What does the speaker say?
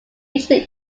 usual